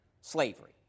slavery